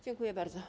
Dziękuję bardzo.